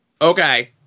Okay